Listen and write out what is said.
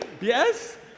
Yes